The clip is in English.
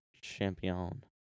champion